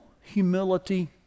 humility